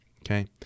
Okay